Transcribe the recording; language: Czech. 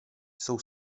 jsou